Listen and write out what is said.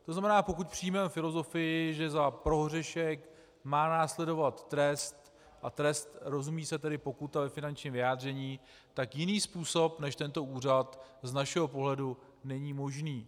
To znamená, pokud přijmeme filozofii, že za prohřešek má následovat trest, a trest rozumí se tedy pokuta ve finančním vyjádření, tak jiný způsob než tento úřad z našeho pohledu není možný.